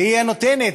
והיא הנותנת,